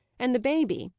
and the baby,